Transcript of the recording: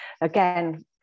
again